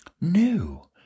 new